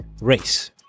race